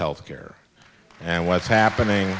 health care and what's happening